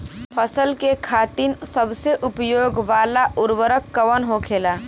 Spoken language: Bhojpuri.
फसल के खातिन सबसे उपयोग वाला उर्वरक कवन होखेला?